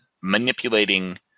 manipulating